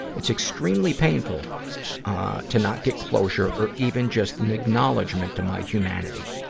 it's extremely painful to not get closure or even just an acknowledgment to my humanity.